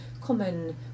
common